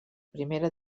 primera